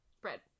Bread